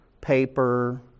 paper